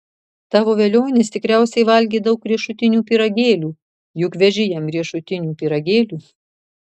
tavo velionis tikriausiai valgė daug riešutinių pyragėlių juk veži jam riešutinių pyragėlių